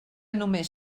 només